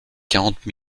quarante